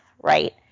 right